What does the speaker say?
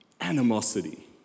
Animosity